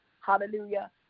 hallelujah